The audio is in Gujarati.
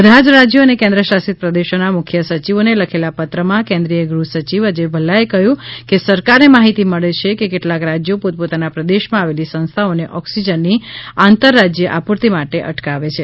બધા જ રાજયો અને કેન્દ્ર શાસિત પ્રદેશોના મુખ્ય સચિવોને લખેલા પત્રમાં કેન્દ્રીય ગૃહ સચિવ અજય ભલ્લાએ કહ્યું છે કે સરકારને માહિતી મળે છે કે કેટલાક રાજ્યો પોત પોતાના પ્રદેશમાં આવેલી સંસ્થાઓને ઓકસીજનની આંતર રાજય આપુર્તિ માટે અટકાવે છે